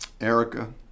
Erica